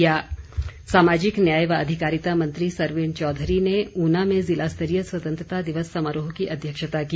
ऊना स्वतंत्रता दिवस सामाजिक न्याय व अधिकारिता मंत्री सरवीण चौधरी ने ऊना में जिला स्तरीय स्वतंत्रता दिवस समारोह की अध्यक्षता की